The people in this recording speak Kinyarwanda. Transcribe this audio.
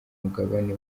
mugabane